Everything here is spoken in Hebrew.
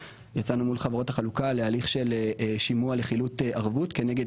יצאנו מול חברות החלוקה להליך של שימוע לחילוט ערבות כנגד